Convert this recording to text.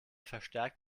verstärkt